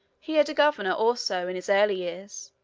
he had a governor, also, in his early years,